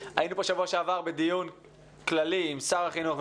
בשבוע שעבר קיימנו כאן דיון כללי עם שר החינוך,